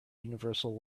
universal